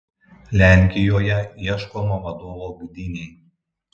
lenkijoje ieškoma vadovo gdynei